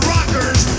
Rockers